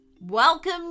Welcome